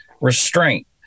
restraint